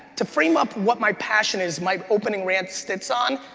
to frame up what my passion is my opening rant sits on,